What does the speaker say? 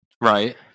Right